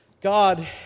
God